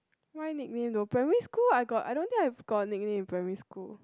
my nickname though primary school I got I don't think I've nickname in primary school